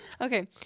Okay